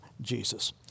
Jesus